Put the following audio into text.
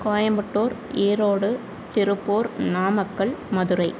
Coimbatore Erode Tiruppur Namakkal Madurai